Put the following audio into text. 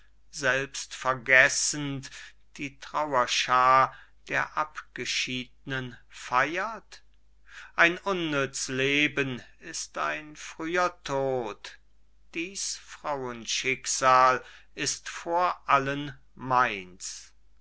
lethe's selbstvergessend die trauerschaar der abgeschiednen feiert ein unnütz leben ist ein früher tod dieß frauenschicksal ist vor allen meines